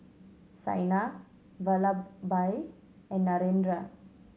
Saina Vallabhbhai and Narendra